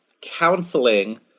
counseling